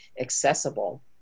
accessible